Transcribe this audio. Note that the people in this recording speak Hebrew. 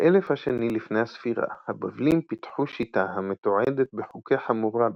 באלף השני לפני הספירה הבבלים פיתחו שיטה המתועדת בחוקי חמורבי,